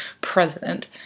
president